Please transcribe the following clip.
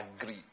Agree